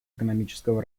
экономического